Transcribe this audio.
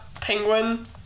penguin